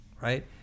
right